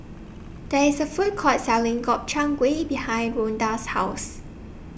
There IS A Food Court Selling Gobchang Gui behind Rhoda's House